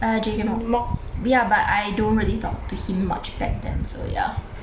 uh ya but I don't really talk to him much back then so ya